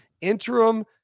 interim